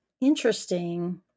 interesting